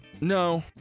No